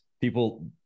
people